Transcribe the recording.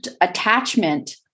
attachment